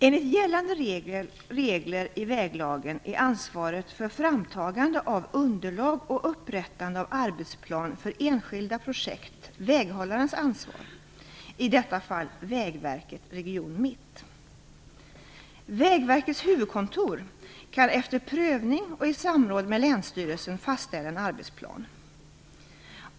Enligt gällande regler i väglagen är ansvaret för framtagande av underlag och upprättande av arbetsplan för enskilda projekt väghållarens ansvar, i detta fall Vägverket Region Mitt. Vägverkets huvudkontor kan efter prövning och i samråd med länsstyrelsen fastställa en arbetsplan.